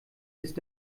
ist